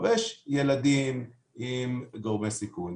אבל יש ילדים עם גורמי סיכון,